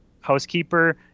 housekeeper